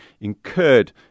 incurred